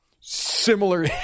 similar